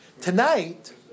Tonight